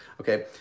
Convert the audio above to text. Okay